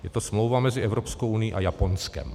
Je to smlouva mezi Evropskou unií a Japonskem.